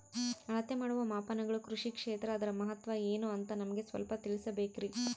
ಅಳತೆ ಮಾಡುವ ಮಾಪನಗಳು ಕೃಷಿ ಕ್ಷೇತ್ರ ಅದರ ಮಹತ್ವ ಏನು ಅಂತ ನಮಗೆ ಸ್ವಲ್ಪ ತಿಳಿಸಬೇಕ್ರಿ?